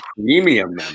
premium